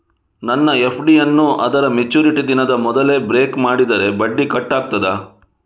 ನನ್ನ ಎಫ್.ಡಿ ಯನ್ನೂ ಅದರ ಮೆಚುರಿಟಿ ದಿನದ ಮೊದಲೇ ಬ್ರೇಕ್ ಮಾಡಿದರೆ ಬಡ್ಡಿ ಕಟ್ ಆಗ್ತದಾ?